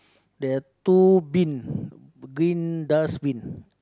there are two bin green dustbin